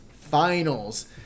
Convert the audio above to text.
finals